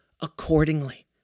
accordingly